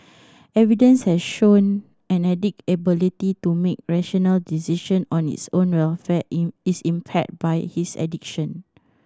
evidence has shown an addict ability to make rational decision on his own welfare is impaired by his addiction